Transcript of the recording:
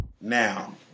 Now